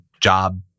job